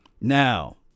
Now